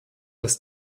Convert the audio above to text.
das